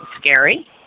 scary